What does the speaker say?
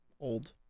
Old